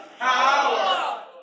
power